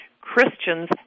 Christians